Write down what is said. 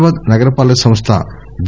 హైదరాబాద్ నగర పాలక సంస్ల జి